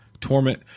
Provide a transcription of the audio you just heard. Torment